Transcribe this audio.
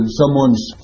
someone's